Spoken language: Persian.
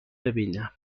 ببینم